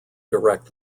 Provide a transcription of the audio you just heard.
direct